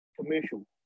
commercial